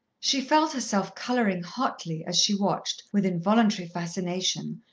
she felt herself colouring hotly, as she watched, with involuntary fascination,